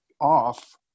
off